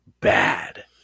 bad